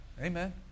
Amen